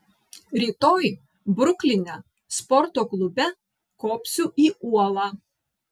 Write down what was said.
rytoj brukline sporto klube kopsiu į uolą